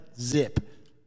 Zip